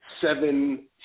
seven